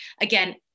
Again